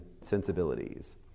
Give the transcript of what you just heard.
sensibilities